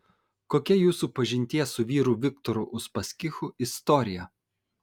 kokia jūsų pažinties su vyru viktoru uspaskichu istorija